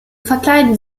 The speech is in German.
verkleiden